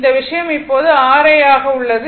இந்த விஷயம் இப்போது R I ஆக உள்ளது